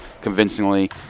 convincingly